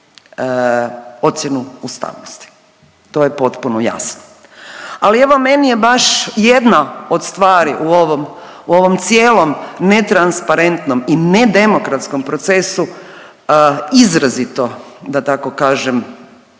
ocjenu ustavnosti. To je potpuno jasno. Ali evo meni je baš jedna od stvari u ovom cijelom netransparentnom i nedemokratskom procesu izrazito da tako kažem,